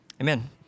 amen